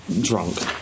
drunk